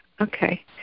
okay